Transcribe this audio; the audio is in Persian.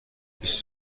بیست